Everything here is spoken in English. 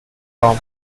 tom